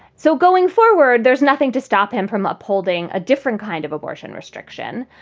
so going forward, there's nothing to stop him from upholding a different kind of abortion restriction.